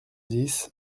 dix